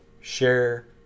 share